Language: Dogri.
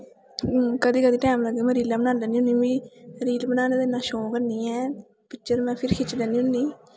कदैं कदैं जे टैम लग्गै ते में रीलां बनाई लैन्नी होन्नीं मिगी रील बनाने दा इन्ना शौंक निं ऐ पर फ्ही में खिच्ची लैन्नी होन्नीं